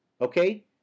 Okay